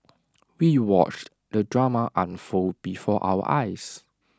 we watched the drama unfold before our eyes